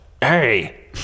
Hey